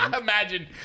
Imagine